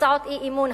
הצעות אי-אמון,